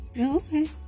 Okay